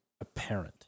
apparent